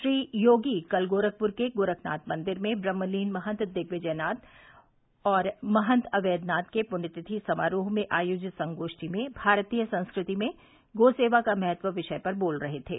श्री योगी कल गोरखपुर के गोरखनाथ मंदिर में ब्रह्मलीन महंत दिग्विजयनाथ और महंत अवेद्यनाथ के पृण्यतिथि समारोह में आयोजित संगोष्ठी में भारतीय संस्कृति में गो सेवा का महत्व विषय पर बोल रहे थे